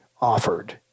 offered